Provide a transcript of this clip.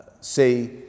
say